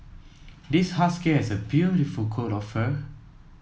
this husky has a beautiful coat of fur